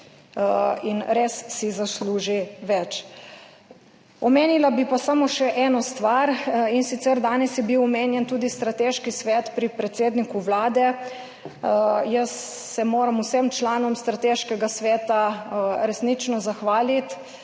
In res si zasluži več. Omenila bi pa samo še eno stvar, in sicer, danes je bil omenjen tudi strateški svet pri predsedniku Vlade. Jaz se moram vsem članom strateškega sveta resnično zahvaliti,